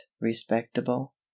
respectable